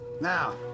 now